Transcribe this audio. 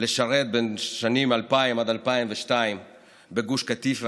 לשרת בין השנים 2000 עד 2002 בגוש קטיף,